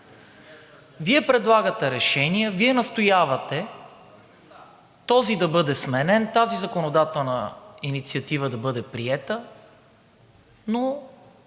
Вие предлагате решения, Вие настоявате този да бъде сменен, тази законодателна инициатива да бъде приета, но